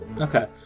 Okay